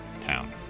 town